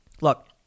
Look